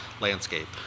landscape